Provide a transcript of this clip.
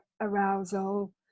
arousal